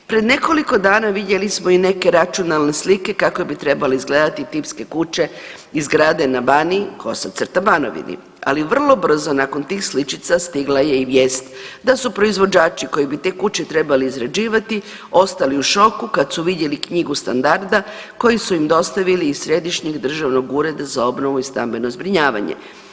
Pred nekoliko dana vidjeli smo i neke računalne slike kako bi trebale izgledati tipske kuće i zgrade na Baniji/Banovini, ali vrlo brzo nakon tih sličica stigla je i vijest da su proizvođači koji bi te kuće trebali izrađivati ostali u šoku kad su vidjeli knjigu standarda koji su im dostavili iz Središnjeg državnog ureda za obnovu i stambeno zbrinjavanje.